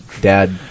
dad